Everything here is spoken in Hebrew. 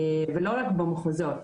ולא רק במחוזות.